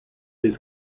his